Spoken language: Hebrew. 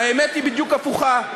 האמת היא בדיוק הפוכה.